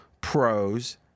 pros